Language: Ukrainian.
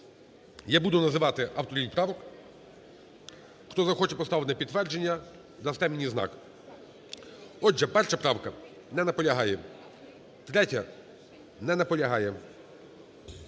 Я буду називати авторів правок. Хто захоче поставити на підтвердження, дасте мені знак. Отже, 1 правка. Не наполягає. 3-я. Не наполягає.